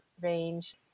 range